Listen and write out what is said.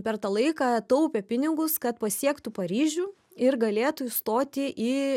per tą laiką taupė pinigus kad pasiektų paryžių ir galėtų įstoti į